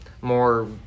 more